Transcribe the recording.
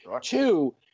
Two